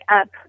up